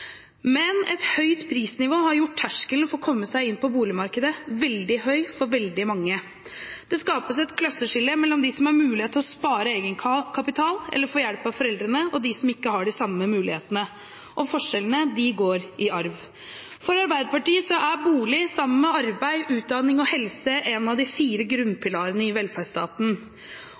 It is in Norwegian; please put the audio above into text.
Men et høyt prisnivå har gjort terskelen for å komme seg inn på boligmarkedet veldig høy for veldig mange. Det skapes et klasseskille mellom dem som har mulighet til å spare egenkapital eller få hjelp av foreldrene, og dem som ikke har de samme mulighetene. Forskjellene går i arv. For Arbeiderpartiet er bolig, sammen med arbeid, utdanning og helse, en av de fire grunnpilarene i velferdsstaten.